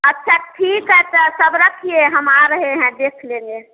अच्छा ठीक है त तब रखिए हम आ रहे हैं देख लेंगे